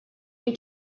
due